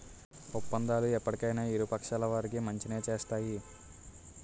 ఒప్పందాలు ఎప్పటికైనా ఇరు పక్షాల వారికి మంచినే చేస్తాయి